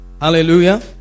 Hallelujah